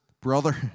brother